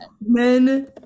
Men